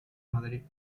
madrid